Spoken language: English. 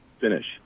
finish